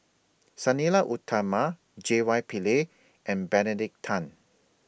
Sang Nila Utama J Y Pillay and Benedict Tan